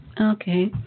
Okay